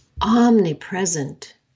omnipresent